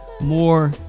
more